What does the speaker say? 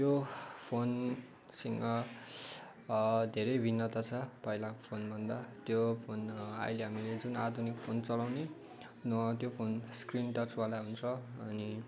त्यो फोनसँग धेरै भिन्नता छ पहिलाको फोनभन्दा त्यो फोन अहिले हामी जुन आधुनिक फोन चलाउने त्यो फोन स्क्रिन टच वाला हुन्छ अनि